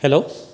hello